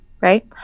right